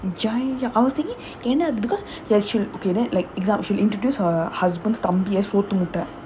ya ya ya stick I was thinking என்னனா:ennanaa because like she will okay then like exa~ she'll introduce her husband's தம்பி:thambi as